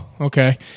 okay